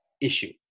issue